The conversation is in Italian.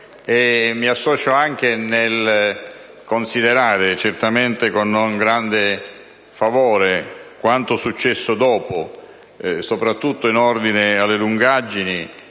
Mi associo anche nel considerare con non grande favore quanto accaduto dopo, soprattutto in ordine alle lungaggini